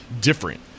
different